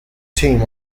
team